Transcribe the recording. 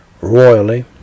royally